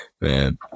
man